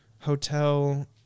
hotel